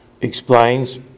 explains